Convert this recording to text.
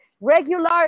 regular